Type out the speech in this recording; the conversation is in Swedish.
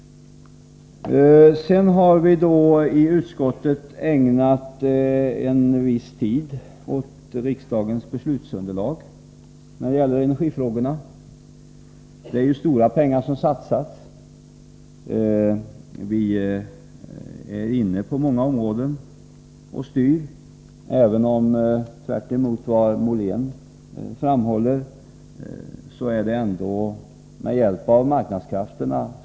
Sedan har vi i utskottet ägnat en viss tid åt riksdagens beslutsunderlag när det gäller energifrågorna. Det är stora pengar som satsas. Vi är inne och styr på många områden, även om styrningen — tvärtemot vad Per-Richard Molén hävdar — på de flesta punkter sker med hjälp av marknadskrafterna.